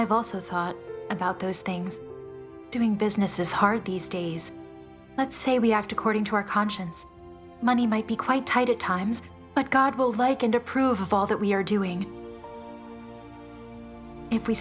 i've also thought ready about those things doing business is hard these days let's say we act according to our conscience money might be quite tight at times but god will like and approve of all that we are doing if we